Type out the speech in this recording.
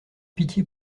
pitié